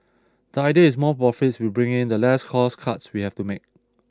the idea is more profits we bring in the less cost cuts we have to make